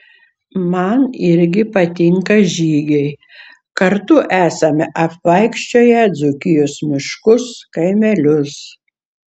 man irgi patinka žygiai kartu esame apvaikščioję dzūkijos miškus kaimelius